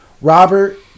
Robert